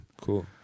cool